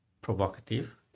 provocative